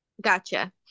Gotcha